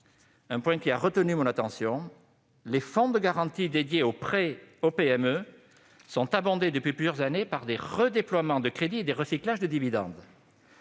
point a retenu mon attention ; les fonds de garantie dédiés aux prêts aux PME sont abondés, depuis plusieurs années, par des redéploiements de crédits et des recyclages de dividendes.